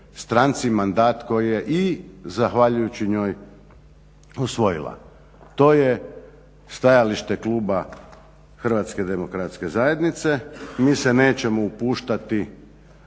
stranci mandat koji je i zahvaljujući njoj osvojila. To je stajalište kluba HDZ-a. Mi se nećemo upuštati